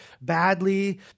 badly